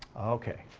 okay.